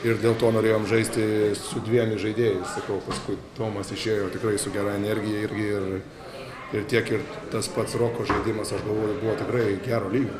ir dėl to norėjom žaisti su dviem įžaidėjais sakau paskui tomas išėjo tikrai su gera energija ir ir ir tiek ir tas pats roko žaidimas aš galvoju buvo tikrai gero lygio